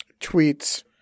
tweets –